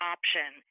Option